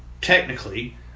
technically